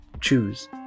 choose